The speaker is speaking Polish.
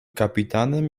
kapitanem